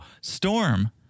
Storm